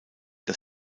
das